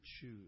choose